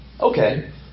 Okay